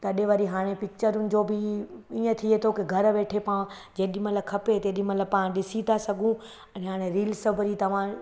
तॾहिं वरी हाणे पिकिचरुनि जो बि ईअं थिए थो की घरु वेठे पां जेॾीमहिल खपे तेॾीमहिल पां ॾिसी त सघूं ऐं हाणे रील्स बि वरी तव्हां